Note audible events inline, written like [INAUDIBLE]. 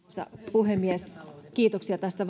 puhemies kiitoksia tästä [UNINTELLIGIBLE]